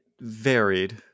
varied